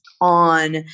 on